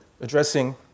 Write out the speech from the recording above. addressing